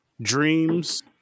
dreams